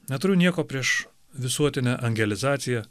neturiu nieko prieš visuotinę angeli za ci ją